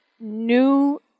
new